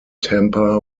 tampa